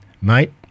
mate